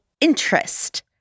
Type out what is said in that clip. interest